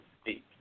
speak